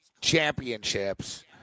championships